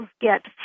get